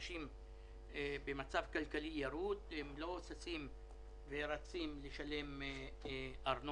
אנשים במצב כלכלי ירוד, הם לא ששים לשלם ארנונה.